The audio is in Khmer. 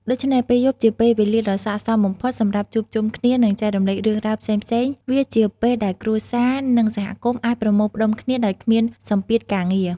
ដូច្នេះ ពេលយប់ជាពេលវេលាដ៏ស័ក្តិសមបំផុតសម្រាប់ជួបជុំគ្នា និងចែករំលែករឿងរ៉ាវផ្សេងៗ វាជាពេលដែលគ្រួសារ និងសហគមន៍អាចប្រមូលផ្ដុំគ្នាដោយគ្មានសម្ពាធការងារ ។